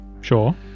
Sure